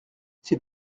c’est